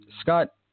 Scott